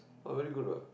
oh very good what